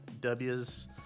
W's